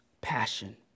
passion